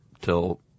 till